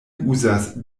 uzas